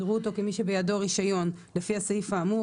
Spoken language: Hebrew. יראו אותו כמי שבידו רישיון לפי הסעיף האמור,